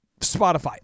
Spotify